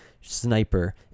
sniper